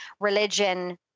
religion